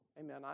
amen